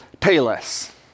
Payless